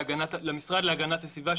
למשרד להגנת הסביבה,